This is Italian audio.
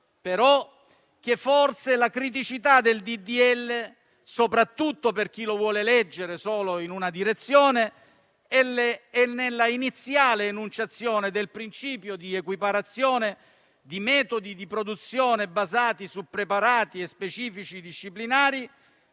però, che forse la criticità del disegno di legge, soprattutto per chi lo vuole leggere solo in una direzione, è nell'iniziale enunciazione del principio di equiparazione di metodi di produzione basati su preparati e specifici disciplinari